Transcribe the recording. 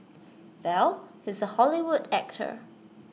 well he's A Hollywood actor